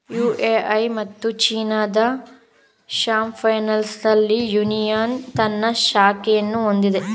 UAE ಮತ್ತು ಚೀನಾದ ಶಾಂಘೈನಲ್ಲಿ ಯೂನಿಯನ್ ತನ್ನ ಶಾಖೆಯನ್ನು ಹೊಂದಿದೆ